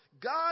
God